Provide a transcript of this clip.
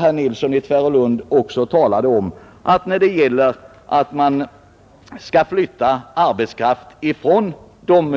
Herr Nilsson i Tvärålund sade, att företagen, vid flyttning av arbetskraft från